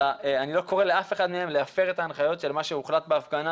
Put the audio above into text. אני לא קורא לאף אחד מהם להפר את ההנחיות של מה שהוחלט בהפגנה,